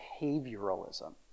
behavioralism